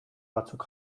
batzuk